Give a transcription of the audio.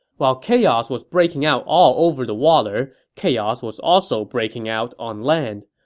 while chaos was breaking out all over the water, chaos was also breaking out on land.